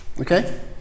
Okay